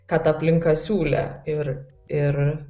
kad aplinka siūlė ir ir